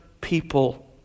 people